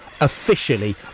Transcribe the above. officially